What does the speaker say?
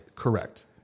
correct